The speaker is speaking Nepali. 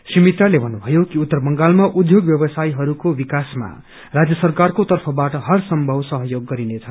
श्री मित्राले भन्नुभयो कि उत्तर बंगालमा उध्येग व्यवसायहरूको विकासमा राज्य सरकारको तर्फबाट हर संभव सहयोग गरिनेछ